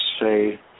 say